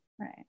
Right